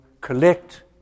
collect